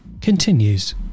continues